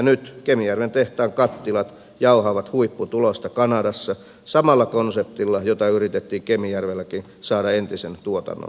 nyt kemijärven tehtaan kattilat jauhavat huipputulosta kanadassa samalla konseptilla jota yritettiin kemijärvelläkin saada entisen tuotannon sijaan